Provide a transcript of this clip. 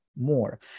more